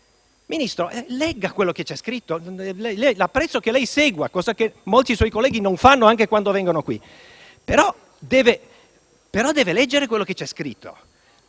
Ministro, legga quello che c'è scritto nel provvedimento. Apprezzo che lei segua - cosa che molti suoi colleghi non fanno anche quando vengono qui - però deve leggere quello che c'è scritto.